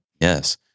Yes